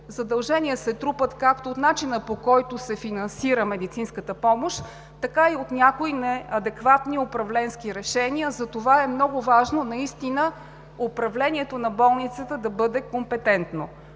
задължения се трупат както от начина, по който се финансира медицинската помощ, така и от някои неадекватни управленски решения, затова е много важно управлението на болницата да бъде компетентно.